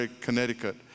Connecticut